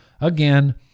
Again